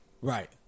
Right